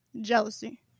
Jealousy